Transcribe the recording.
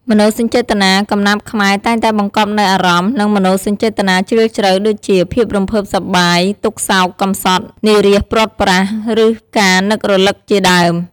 មនោសញ្ចេតនា កំណាព្យខ្មែរតែងតែបង្កប់នូវអារម្មណ៍ និងមនោសញ្ចេតនាជ្រាលជ្រៅ ដូចជា ភាពរំភើបសប្បាយ ទុក្ខសោក កម្សត់ និរាសព្រាត់ប្រាស ឬការនឹករលឹកជាដើម។